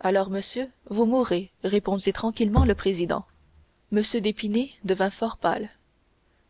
alors monsieur vous mourrez répondit tranquillement le président m d'épinay devint fort pâle